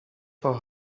for